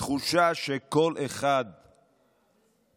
התחושה שכל אחד מהקואליציה,